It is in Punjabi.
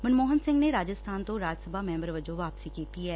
ਮਨਮੋਹਨ ਸਿੰਘ ਨੇ ਰਾਜਸਬਾਨ ਤੋਂ ਰਾਜ ਸਬਾ ਮੈਂਬਰ ਵਜੋਂ ਵਾਪਸੀ ਕੀਤੀ ਐ